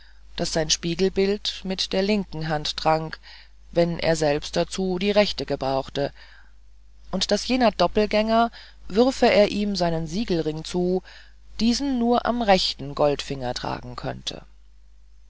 daß sein spiegelbild mit der linken hand trank wenn er selber dazu die rechte gebrauchte und daß jener doppelgänger würfe er ihm seinen siegelring zu diesen nur am rechten goldfinger tragen könnte